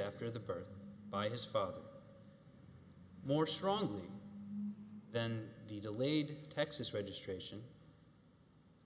after the birth by his father more strong than the delayed texas registration